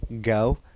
go